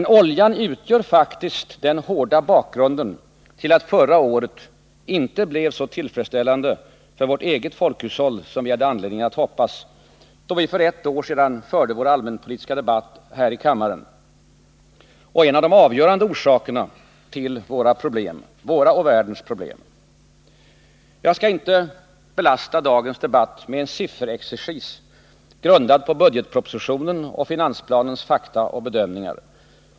Men oljan utgör faktiskt den hårda bakgrunden till att förra året inte blev så tillfredsställande för vårt folkhushåll som vi hade anledning att hoppas, då vi för ett år sedan förde vår allmänpolitiska debatt här i kammaren, och en av de avgörande orsakerna till våra och världens problem. Jag skall inte belasta dagens debatt med en sifferexercis grundad på budgetpropositionens och finansplanens fakta och bedömningar.